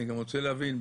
אני גם רוצה להבין,